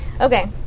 Okay